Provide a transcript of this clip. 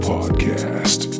Podcast